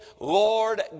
Lord